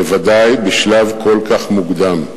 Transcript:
בוודאי בשלב כל כך מוקדם.